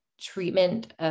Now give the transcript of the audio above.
treatment